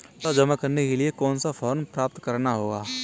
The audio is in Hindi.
पैसा जमा करने के लिए कौन सा फॉर्म प्राप्त करना होगा?